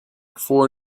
four